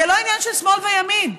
זה לא עניין של שמאל וימין.